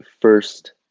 first